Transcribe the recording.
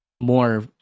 more